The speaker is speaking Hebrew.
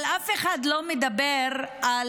אבל אף אחד לא מדבר על